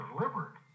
delivered